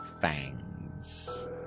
fangs